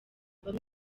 bamwe